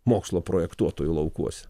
mokslo projektuotojų laukuose